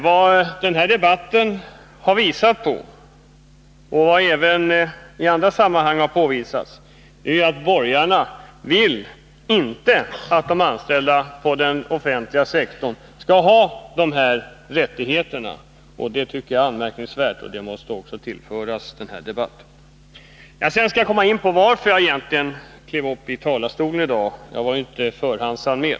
Vad den här debatten har visat på — och vad som även i andra sammanhang har påvisats — är att borgarna inte vill att de anställda inom den offentliga sektorn skall ha dessa rättigheter. Det tycker jag är anmärkningsvärt, och detta måste också tillföras den här debatten. Sedan skall jag komma in på varför jag egentligen steg upp i talarstolen i dag — jag var ju inte förhandsanmäld.